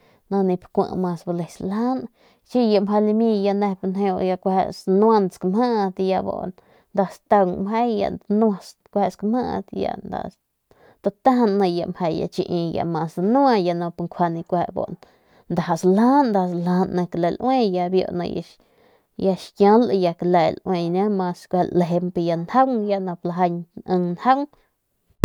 Ya danua skamjit ya nda statajan ni ya chii ya mas danua y ya nup kueje ndaja saljajan ni kle laui y ya biu ni ya xkial ni ya kle laui ya lalejemp njaung ya nup lajañ ing njaung.